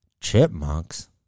Chipmunks